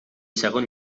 segon